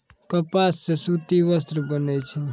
कपास सॅ सूती वस्त्र बनै छै